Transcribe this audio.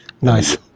nice